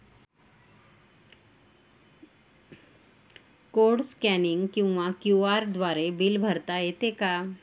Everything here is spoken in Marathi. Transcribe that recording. कोड स्कॅनिंग किंवा क्यू.आर द्वारे बिल भरता येते का?